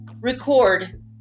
record